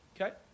Okay